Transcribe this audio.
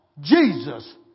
Jesus